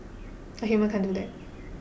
a human can't do that